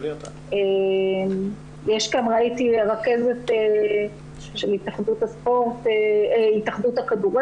יש כאן ראיתי רכזת של התאחדות הכדורגל,